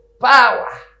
power